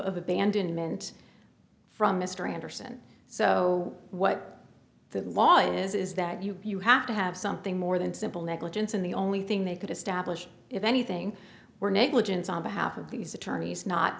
of abandonment from mr anderson so what the law is is that you you have to have something more than simple negligence and the only thing they could establish if anything were negligence on behalf of these attorneys not